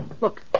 Look